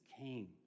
came